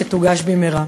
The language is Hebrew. שתוגש במהרה.